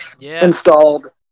installed